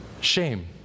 shame